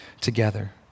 together